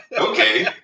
okay